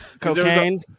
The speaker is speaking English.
cocaine